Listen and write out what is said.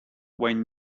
when